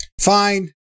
fine